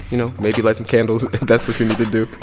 you know, maybe light some candles if that's what you need to do